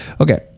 okay